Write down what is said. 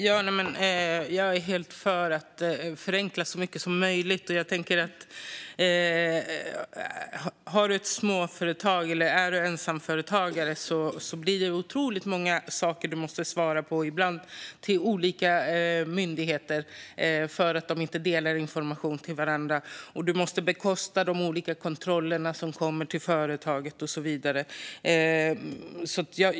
Fru talman! Jag är helt för att förenkla så mycket som möjligt. Om man har ett småföretag eller är ensamföretagare blir det otroligt många saker man måste svara på, ibland till olika myndigheter för att de inte delar information med varandra. Man måste bekosta de olika kontroller som görs av företaget och så vidare.